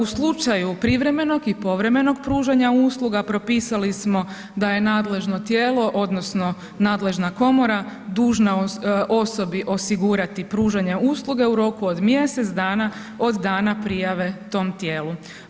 U slučaju privremenog i povremenog pružanja usluga propisali smo da je nadležno tijelo odnosno nadležna komora dužna osobi osigurati pružanje usluge u roku od mjesec dana od dana prijave tom tijelu.